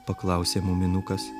paklausė muminukas